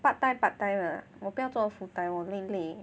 part time part time ah 的我不要做 full time 我累累